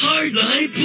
Hardline